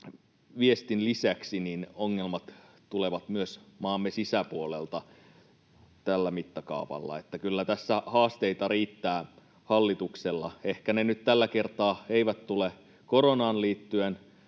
viestin lisäksi ongelmat tulevat myös maamme sisäpuolelta tällä mittakaavalla, niin että kyllä tässä haasteita riittää hallituksella. Ehkä ne nyt tällä kertaa eivät tule koronaan liittyen